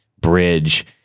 bridge